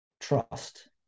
Trust